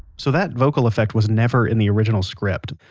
so that vocal effect was never in the original script,